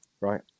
right